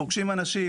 פוגשים אנשים,